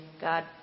God